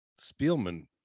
spielman